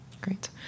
Great